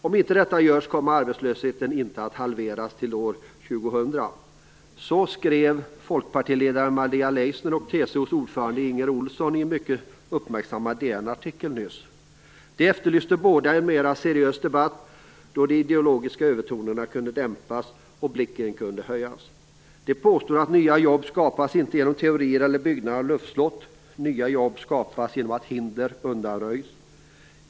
Om detta inte görs, kommer arbetslösheten inte att halveras till år 2000." Så skrev Folkpartiledaren Maria Leissner och TCO:s ordförande Inger Ohlsson i en mycket uppmärksammad DN-artikel nyss. De efterlyste båda en mera seriös debatt då de ideologiska övertonerna kunde dämpas och blicken höjas. De påstod att nya jobb skapas inte genom teorier eller byggnader av luftslott. Nya jobb skapas genom att hinder undanröjs.